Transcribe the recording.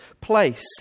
place